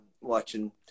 watching